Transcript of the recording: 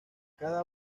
cada